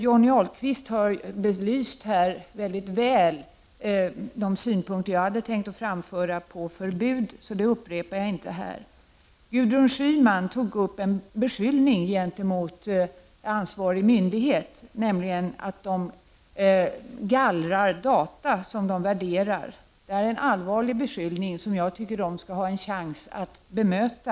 Johnny Alhqvist har här mycket väl belyst de synpunkter på förbud som jag hade tänkt framföra, därför upprepar jag inte dem. Gudrun Schyman tog upp en beskyllning gentemot ansvarig myndighet. Hon sade att myndigheten gallrar de data som den värderar. Det är en allvarlig beskyllning som jag anser att myndigheten skall ha en chans att bemöta.